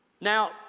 Now